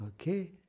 Okay